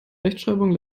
rechtschreibung